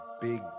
big